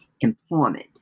employment